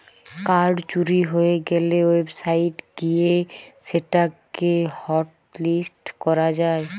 card চুরি হয়ে গ্যালে ওয়েবসাইট গিয়ে সেটা কে হটলিস্ট করা যায়